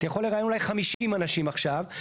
אתה יכול לראיין אולי 50 אנשים עכשיו.